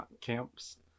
camps